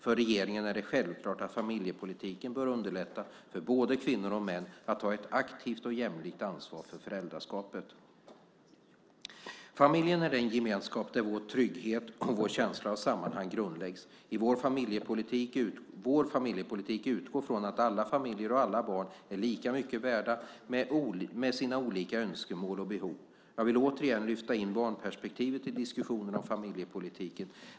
För regeringen är det självklart att familjepolitiken bör underlätta för både kvinnor och män att ta ett aktivt och jämlikt ansvar för föräldraskapet. Familjen är den gemenskap där vår trygghet och känsla av sammanhang grundläggs. Vår familjepolitik utgår från att alla familjer och alla barn är lika mycket värda, med sina olika önskemål och behov. Jag vill återigen lyfta in barnperspektivet i diskussionen om familjepolitiken.